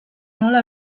nola